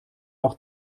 auch